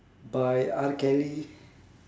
by R kelly